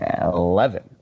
Eleven